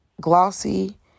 glossy